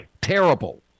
Terrible